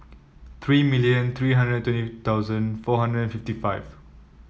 three million three hundred and twenty thousand four hundred and fifty five